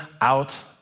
out